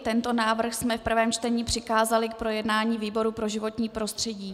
Tento návrh jsme v prvém čtení přikázali k projednání výboru pro životní prostředí.